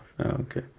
Okay